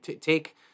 Take